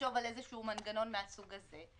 לחשוב על איזשהו מנגנון מהסוג הזה.